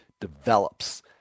develops